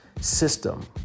system